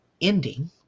ending